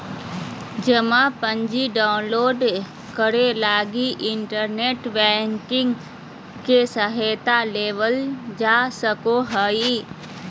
जमा पर्ची डाउनलोड करे लगी इन्टरनेट बैंकिंग के सहायता लेवल जा सको हइ